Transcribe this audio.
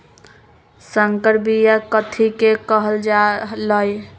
संकर बिया कथि के कहल जा लई?